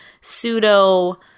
pseudo